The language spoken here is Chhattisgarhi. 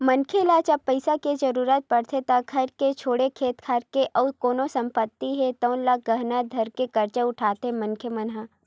मनखे ल जब पइसा के जरुरत पड़थे त घर के छोड़े खेत खार के अउ कोनो संपत्ति हे तउनो ल गहना धरके करजा उठाथे मनखे मन ह